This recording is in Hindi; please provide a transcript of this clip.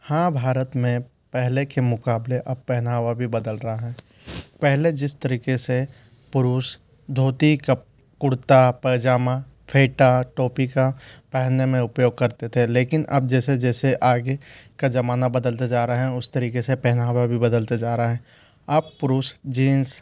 हाँ भारत में पहले के मुकाबले अब पहनावा भी बदल रहा है पहले जिस तरीके से पुरुष धोती कुर्ता पैजामा फेटा टोपी का पहनने में उपयोग करते थे लेकिन अब जैसे जैसे आगे का जमाना बदलता जा रहा है उस तरीके से पहनावा भी बदलता जा रहा है अब पुरुष जीन्स